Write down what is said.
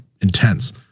intense